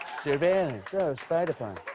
surveillance spied upon.